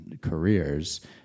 careers